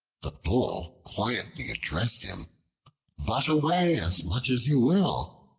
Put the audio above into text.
the bull quietly addressed him butt away as much as you will.